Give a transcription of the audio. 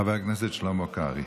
חבר הכנסת שלמה קרעי.